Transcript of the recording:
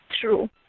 true